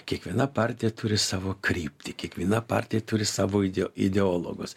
kiekviena partija turi savo kryptį kiekviena partija turi savo ideo ideologus